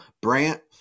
Brant